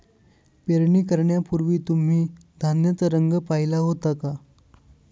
पेरणी करण्यापूर्वी तुम्ही धान्याचा रंग पाहीला होता का?